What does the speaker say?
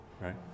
right